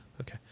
Okay